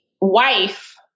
wife